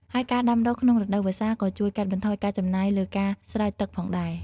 ហើយការដាំដុះក្នុងរដូវវស្សា ក៏ជួយកាត់បន្ថយការចំណាយលើការស្រោចទឹកផងដែរ។